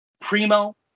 Primo